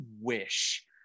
wish